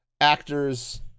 actors